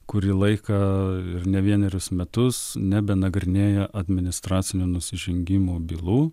kurį laiką ir ne vienerius metus nebenagrinėja administracinio nusižengimo bylų